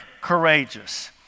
courageous